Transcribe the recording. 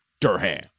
Durham